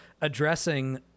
addressing